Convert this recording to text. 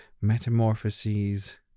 metamorphoses